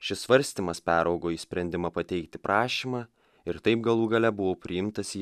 šis svarstymas peraugo į sprendimą pateikti prašymą ir taip galų gale buvau priimtas į